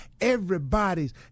Everybody's